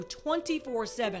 24-7